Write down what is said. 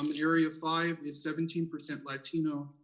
um area five is seventeen percent latino,